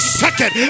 second